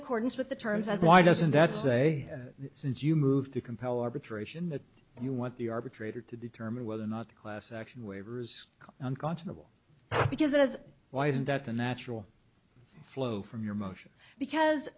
accordance with the terms as why doesn't that say since you moved to compel arbitration that you want the arbitrator to determine whether or not the class action waivers unconscionable because as why isn't that the natural flow from your motion because